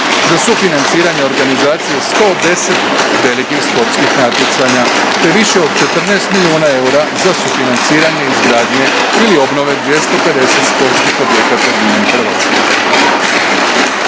za sufinanciranje organizacije 110 velikih sportskih natjecanja, te više od 14 milijuna eura za sufinanciranje izgradnje ili obnove 250 sportskih objekata diljem Hrvatske.